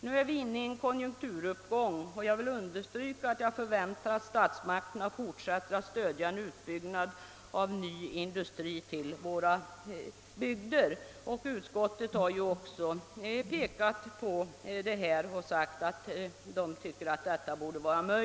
Nu är vi inne i en konjunkturuppgång, och jag vill understryka, att jag förväntar, att statsmakterna fortsätter att stödja en utbyggnad av nya industrier till våra bygder. Utskottet har ju också i utlåtandet sagt att utskottet tycker att detta bör ske.